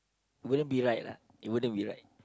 wouldn't be right lah it wouldn't be right